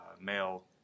male